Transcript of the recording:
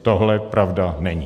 Tohle pravda není.